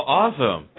awesome